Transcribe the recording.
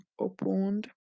opened